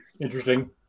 interesting